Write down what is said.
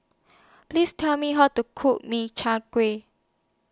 Please Tell Me How to Cook Min Chiang Kueh